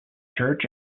church